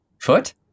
Foot